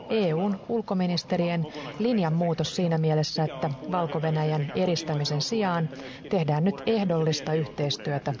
mitkä ovat puurakentamisen sekä kotimaisen osuuden että myöskin puurakentamisen vientiosuuden näkymät lähitulevaisuudessa